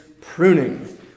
pruning